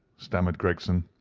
stammered gregson.